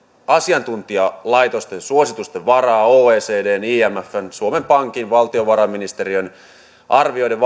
asiantuntijalaitosten suositusten varaan oecdn imfn suomen pankin valtiovarainministeriön arvioiden